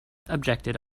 objected